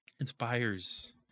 inspires